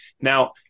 now